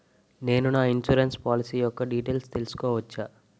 నేను నా insurance policy యెక్క డీటైల్స్ తెల్సుకోవచ్చా?